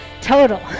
total